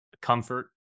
comfort